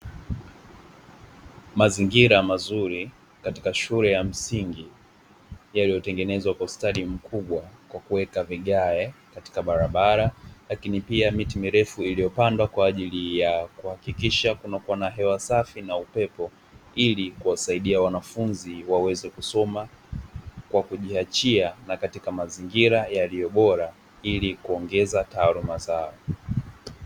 Mazingira mazuri katika shule ya msingi, yaliyotengenezwa kwa ustadi mkubwa kwa kuweka vigae katika barabara, lakini pia miti mirefu iliyopandwa kwaajili ya kuhakikisha kunakuwa na hewa safi na upepo, ili kuwasaidia wanafunzi waweze kusoma kwa kujiachia na katika mazingira yaliyo bora ili kuongeza taaluma zao.